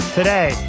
Today